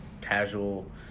casual